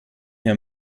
herr